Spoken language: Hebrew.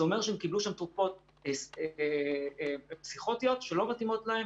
זה אומר שהם קיבלו שם תרופות פסיכוטיות שלא מתאימות להם